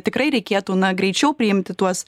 tikrai reikėtų na greičiau priimti tuos